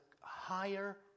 higher